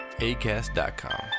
Acast.com